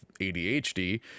adhd